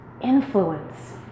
influence